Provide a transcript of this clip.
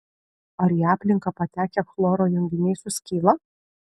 ar į aplinką patekę chloro junginiai suskyla